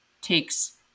takes